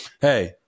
hey